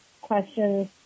questions